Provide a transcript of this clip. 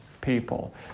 people